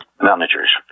managers